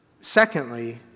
secondly